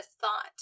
thought